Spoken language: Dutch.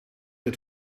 het